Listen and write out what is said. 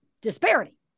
disparity